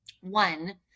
One